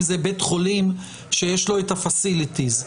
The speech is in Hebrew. זה בית חולים שיש לו את ה- facilities.